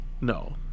no